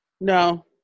No